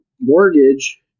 mortgage